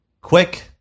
quick